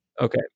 Okay